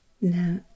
Now